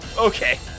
Okay